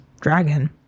dragon